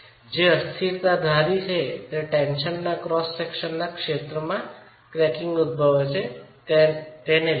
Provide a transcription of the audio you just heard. જે અસ્થિરતા ધારી છે તે ટેન્સનમાં ક્રોસ સેક્શનના ક્ષેત્રમાં ક્રેકિંગ ઉદભવે છે જેની ઉપેક્ષા કરે છે